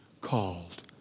called